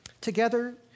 Together